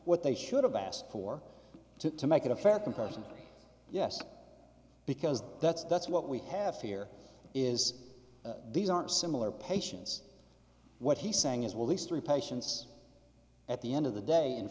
what they should have asked for to make it a fair comparison yes because that's that's what we have here is these aren't similar patients what he's saying is well these three patients at the end of the day in